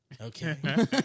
Okay